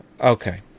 Okay